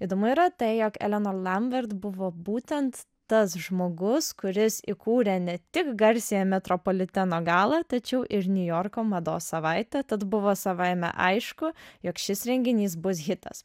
įdomu yra tai jog elena lambert buvo būtent tas žmogus kuris įkūrė ne tik garsiąją metropoliteno galą tačiau ir niujorko mados savaitę tad buvo savaime aišku jog šis renginys bus hitas